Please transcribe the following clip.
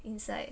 inside